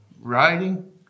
writing